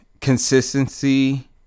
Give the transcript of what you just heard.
consistency